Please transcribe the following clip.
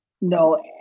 No